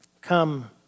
Come